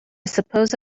suppose